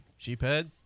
sheephead